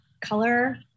color